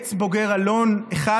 עץ בוגר אלון אחד,